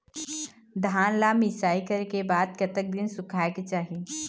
धान ला मिसाई करे के बाद कतक दिन सुखायेक चाही?